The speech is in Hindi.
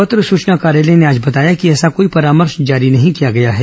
पत्र सूचना कार्यालय ने आज बताया कि ऐसा कोई परामर्श जारी नहीं किया गया है